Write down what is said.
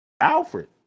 Alfred